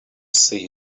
see